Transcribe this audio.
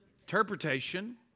interpretation